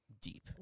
deep